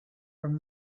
from